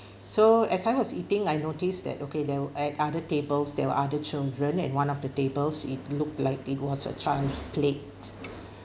so as I was eating I notice that okay there were at other tables there were other children and one of the tables it looked like it was a child's plate